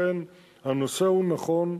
לכן הנושא הוא נכון,